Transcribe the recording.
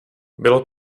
bylo